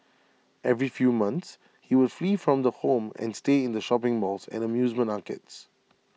every few months he would flee from the home and stay in shopping malls and amusement arcades